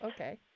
Okay